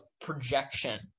projection